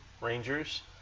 Rangers